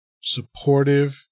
supportive